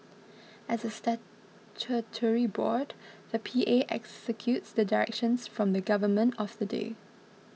as a statutory board the P A executes the directions from the government of the day